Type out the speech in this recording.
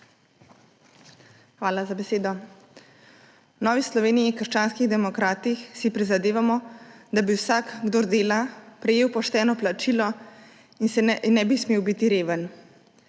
Hvala za besedo. V Novi Sloveniji – krščanskih demokratih si prizadevamo, da bi vsak, kdor dela, prejel pošteno plačilo in ne bi smel biti reven.